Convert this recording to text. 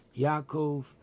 Yaakov